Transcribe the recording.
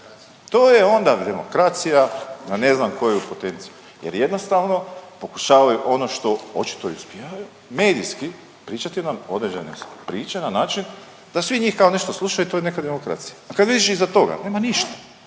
To je onda demokracija na ne znam koju potenciju, jer jednostavno pokušavaju ono medijski pričati nam određene priče na način da svi njih kao nešto slušaju i to je neka demokracija, a kad vidiš, iza toga nema ništa.